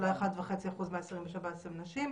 אולי 1.5% מהאסירים בשב"ס הם נשים.